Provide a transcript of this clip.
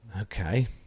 okay